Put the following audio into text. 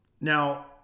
Now